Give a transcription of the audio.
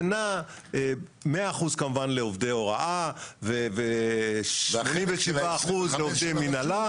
זה נע 100% לעובדי הוראה, ו-87% לעובדי מנהלה.